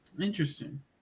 Interesting